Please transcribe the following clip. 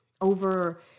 over